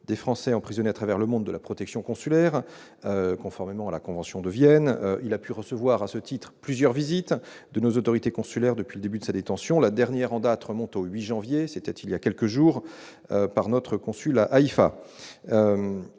des Français emprisonnés à travers le monde, de la protection consulaire, conformément à la convention de Vienne. Il a pu recevoir à ce titre plusieurs visites de nos autorités consulaires depuis le début de sa détention. La dernière en date, effectuée par notre consul à Haïfa,